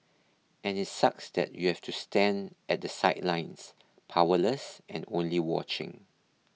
and it sucks that you've to stand at the sidelines powerless and only watching